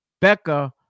Becca